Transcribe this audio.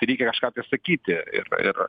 reikia kažką tai sakyti ir ir